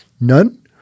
none